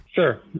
Sure